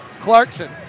Clarkson